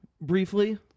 briefly